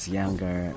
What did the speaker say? younger